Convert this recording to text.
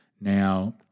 now